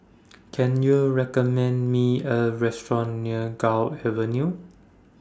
Can YOU recommend Me A Restaurant near Gul Avenue